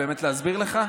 באמת להסביר לך?